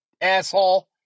asshole